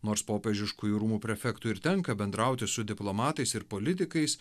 nors popiežiškųjų rūmų prefektui ir tenka bendrauti su diplomatais ir politikais